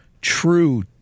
true